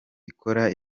ikora